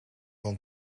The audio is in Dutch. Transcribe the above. van